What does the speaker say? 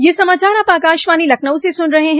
ब्रे क यह समाचार आप आकाशवाणी लखनऊ से सुन रहे हैं